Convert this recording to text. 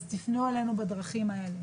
אז תפנו אלינו בדרכים האלה.